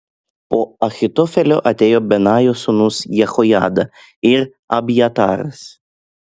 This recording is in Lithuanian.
po ahitofelio atėjo benajo sūnus jehojada ir abjataras